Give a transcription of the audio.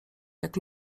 jak